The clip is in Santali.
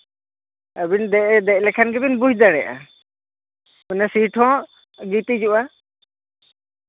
ᱟᱹᱵᱤᱱ ᱫᱮᱡ ᱞᱮᱠᱷᱟᱱ ᱜᱮᱵᱤᱱ ᱵᱩᱡᱽ ᱫᱟᱲᱮᱭᱟᱜᱼᱟ ᱛᱟᱦᱚᱞᱮ ᱥᱤᱴᱦᱚᱸ ᱜᱤᱛᱤᱡᱚᱜᱼᱟ